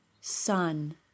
sun